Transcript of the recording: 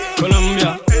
Colombia